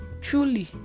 truly